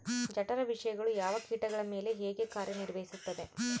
ಜಠರ ವಿಷಯಗಳು ಯಾವ ಕೇಟಗಳ ಮೇಲೆ ಹೇಗೆ ಕಾರ್ಯ ನಿರ್ವಹಿಸುತ್ತದೆ?